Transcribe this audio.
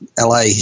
LA